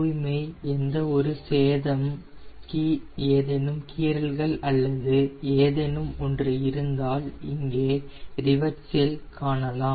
தூய்மை எந்தவொரு சேதம் ஏதேனும் கீறல்கள் அல்லது ஏதேனும் ஒன்று இருந்தால் இங்கே ரிவெட்ஸ்இல் காணலாம்